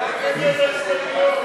ג'מאל זחאלקה,